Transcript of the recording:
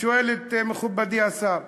ושואל את מכובדי השר: